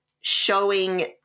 showing